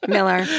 Miller